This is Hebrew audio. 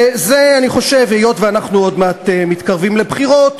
והיות שאנחנו עוד מעט מתקרבים לבחירות,